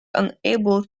unable